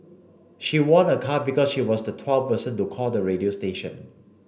she won a car because she was the twelfth person to call the radio station